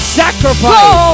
sacrifice